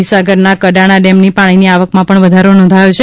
મહિસાગરના કડાણા ડેમની પાણીની આવકમાં પણ વધારો નોંધાયો છે